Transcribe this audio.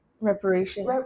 reparation